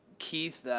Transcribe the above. keith,